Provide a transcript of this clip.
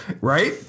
Right